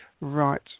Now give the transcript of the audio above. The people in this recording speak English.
right